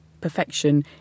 perfection